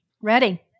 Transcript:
ready